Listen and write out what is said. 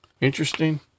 interesting